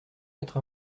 quatre